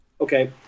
Okay